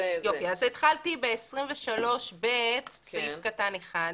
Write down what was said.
התחלתי ב-23ב, סעיף קטן (1).